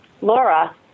Laura